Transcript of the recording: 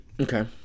Okay